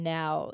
now